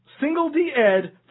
Single-D-Ed